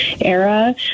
era